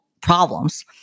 problems